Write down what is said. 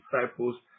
disciples